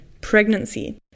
pregnancy